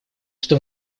что